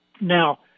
Now